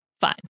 fine